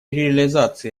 реализации